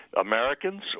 Americans